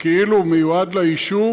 שכאילו מיועד ליישוב